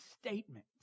statement